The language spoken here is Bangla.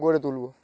গড়ে তুলবো